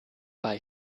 bei